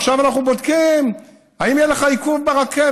עכשיו אנחנו בודקים: האם יהיה לך עיכוב ברכבת?